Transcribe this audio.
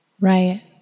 Right